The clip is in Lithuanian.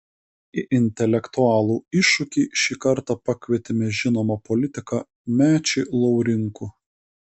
į intelektualų iššūkį šį kartą pakvietėme žinomą politiką mečį laurinkų